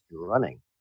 running